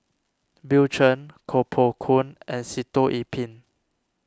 Bill Chen Koh Poh Koon and Sitoh Yih Pin